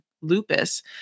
lupus